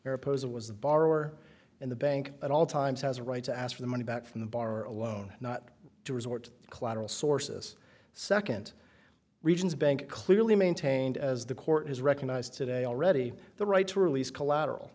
or oppose it was the borrower in the bank at all times has a right to ask for the money back from the borrower alone not to resort to collateral sources second regions bank clearly maintained as the court has recognized today already the right to release collateral